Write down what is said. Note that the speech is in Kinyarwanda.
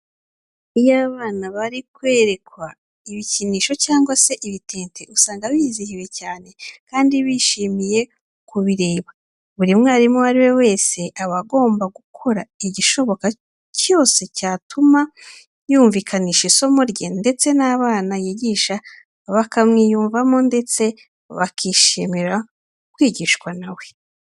Iyo abana bari kwerekwa ibikinisho cyangwa se ibitente usanga bizihiwe cyane kandi bishimiye kubireba. Buri mwarimu uwo ari we wese aba agomba gukora igishoboka cyose cyatuma yumvikanisha isomo rye ndetse n'abana yigisha bakamwiyumvamo ndetse bakishimira kwigishwa na we.